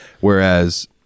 Whereas